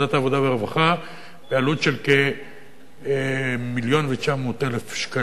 והרווחה בעלות של כמיליון ו-900,000 שקלים.